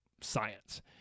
science